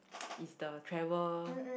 is the travel